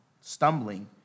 stumbling